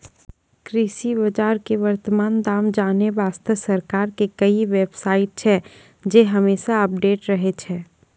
कृषि बाजार के वर्तमान दाम जानै वास्तॅ सरकार के कई बेव साइट छै जे हमेशा अपडेट रहै छै